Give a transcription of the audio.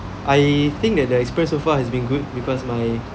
I think that the experience so far has been good because my